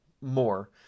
more